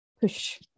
push